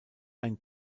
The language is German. ein